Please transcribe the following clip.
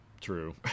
true